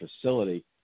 facility